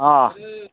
अ